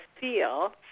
feel